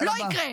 לא יקרה.